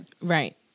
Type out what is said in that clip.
Right